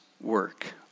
work